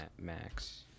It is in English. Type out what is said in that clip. Max